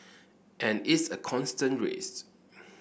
and it's a constant race